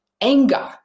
anger